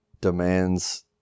demands